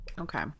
Okay